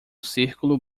círculo